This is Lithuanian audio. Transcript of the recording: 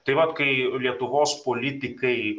tai vat kai lietuvos politikai